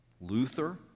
Luther